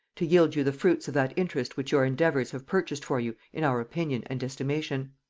to yield you the fruits of that interest which your endeavours have purchased for you in our opinion and estimation.